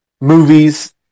movies